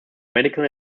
medical